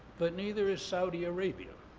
but neither is saudi arabia